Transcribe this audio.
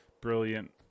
brilliant